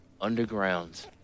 Underground